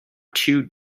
two